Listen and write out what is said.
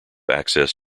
access